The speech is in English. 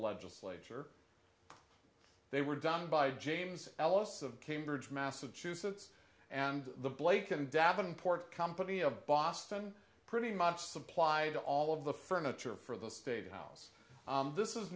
legislature they were done by james ellis of cambridge massachusetts and the blake and davenport company of boston pretty much supplied all of the furniture for the state house this is